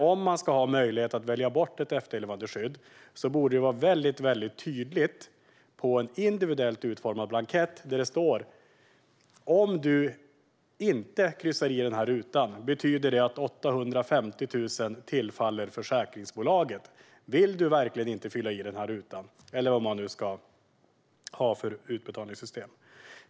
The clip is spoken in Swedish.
Om man ska ha möjlighet att välja bort ett efterlevandeskydd borde det framgå väldigt tydligt på en individuellt utformad blankett, till exempel: "Om du inte kryssar i den här rutan betyder det att 850 000 tillfaller försäkringsbolaget. Vill du verkligen inte fylla i den här rutan?" Det beror på vad man ska ha för utbetalningssystem.